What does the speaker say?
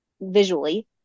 visually